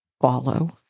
follow